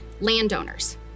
landowners